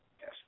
Yes